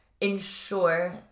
ensure